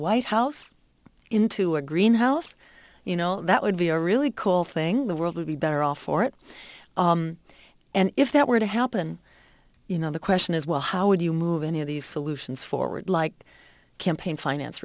white house into a greenhouse you know that would be a really cool thing the world would be better off for it and if that were to happen you know the question is well how would you move any of these solutions forward like campaign finance